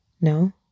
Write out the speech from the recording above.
No